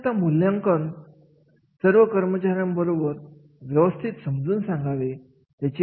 सक्षमता मूल्यांकन सर्व कर्मचाऱ्यांना बरोबर व्यवस्थित समजून सांगावे